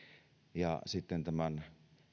ja sitten tämän